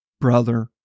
Brother